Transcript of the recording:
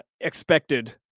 expected